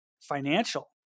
financial